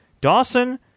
Dawson